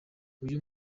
uyu